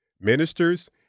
ministers